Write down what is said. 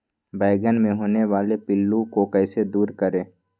बैंगन मे होने वाले पिल्लू को कैसे दूर करें?